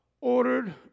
Ordered